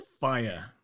fire